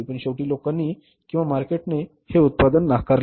पण शेवटी लोकांनी किंवा मार्केटने हे उत्पादन नाकारले